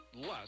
less